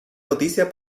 noticia